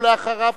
ואחריו,